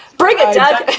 bring it, doug.